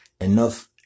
enough